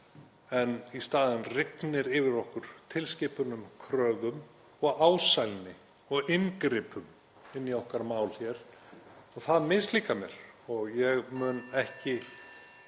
en í staðinn rignir yfir okkur tilskipunum, kröfum, ásælni og inngripum inn í okkar mál hér. Það mislíkar mér. Ég mun ekki